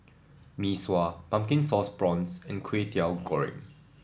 Mee Sua Pumpkin Sauce Prawns and Kwetiau Goreng